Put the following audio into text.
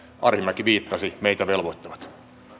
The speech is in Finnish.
arhinmäki viittasi meitä velvoittavat